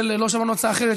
לא שמענו הצעה אחרת,